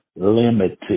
limited